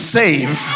save